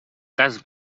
cas